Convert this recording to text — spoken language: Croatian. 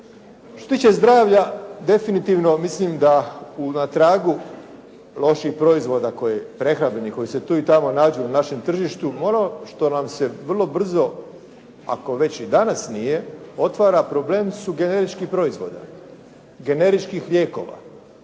tiče zdravlja definitivno mislim da na tragu loših proizvoda kojih, prehrambenih koji se tu i tamo nađu na našem tržištu ono što nam se vrlo brzo, ako već i danas nije otvara problem su generičkih proizvoda, generičkih lijekova.